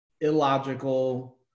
illogical